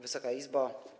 Wysoka Izbo!